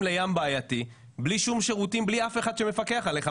לים בעייתי בלי שום שירותים ובלי אף אחד שמפקח עליך,